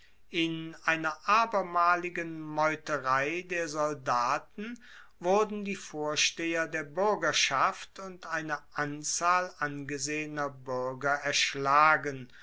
in einer abermaligen meuterei der soldaten wurden die vorsteher der buergerschaft und eine anzahl angesehener buerger erschlagen